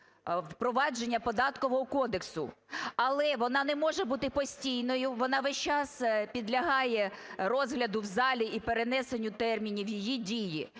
впровадження Податкового кодексу. Але вона не може бути постійною. Вона весь час підлягає розгляду в залі і перенесенню термінів її дії.